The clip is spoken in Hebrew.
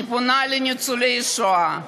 אני פונה לניצולי שואה,